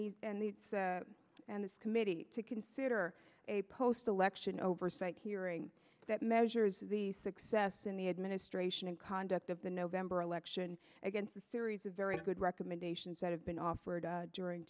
the and the and this committee to consider a post election oversight hearing that measures the success in the administration and conduct of the november election against a series of very good recommendations that have been offered during